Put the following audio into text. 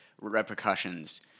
repercussions